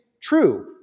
true